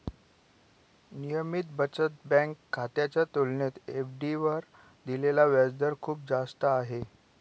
नियमित बचत बँक खात्याच्या तुलनेत एफ.डी वर दिलेला व्याजदर खूप जास्त आहे